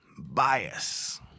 bias